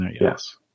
Yes